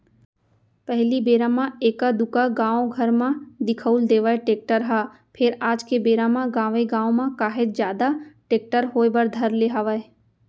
पहिली बेरा म एका दूका गाँव घर म दिखउल देवय टेक्टर ह फेर आज के बेरा म गाँवे गाँव म काहेच जादा टेक्टर होय बर धर ले हवय